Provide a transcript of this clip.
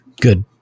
good